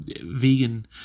vegan